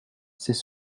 c’est